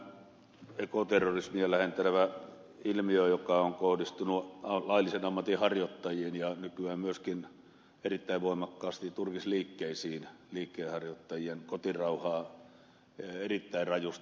tämä on ekoterrorismia lähentelevä ilmiö joka on kohdistunut laillisen ammatin harjoittajiin ja nykyään myöskin erittäin voimakkaasti turkisliikkeisiin liikkeenharjoittajien kotirauhaan erittäin rajusti